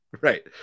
Right